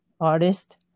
artist